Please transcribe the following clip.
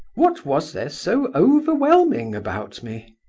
what was there so overwhelming about me?